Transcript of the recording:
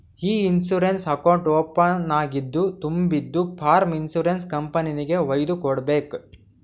E insurance account ಓಪನಿಂಗ್ದು ತುಂಬಿದು form insurance ಕಂಪನಿಗೆಗ್ ವೈದು ಕೊಡ್ಬೇಕ್